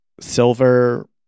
silver